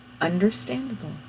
Understandable